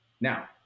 Now